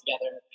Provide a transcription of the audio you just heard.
together